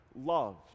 loved